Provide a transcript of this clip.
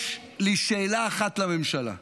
יש לי שאלה אחת לממשלה: